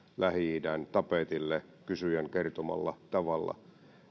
lähi idän tapetille kysyjän kertomalla tavalla